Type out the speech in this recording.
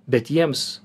bet jiems